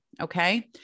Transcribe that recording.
Okay